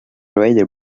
rather